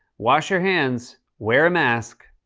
wash your hands, wear a mask,